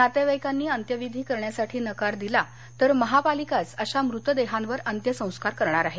नातेवाईकांनी अंत्यविधी करण्यासाठी नकार दिला तर महापालिकाच अशा मृतदेहांवर अंत्यसंस्कार करणार आहे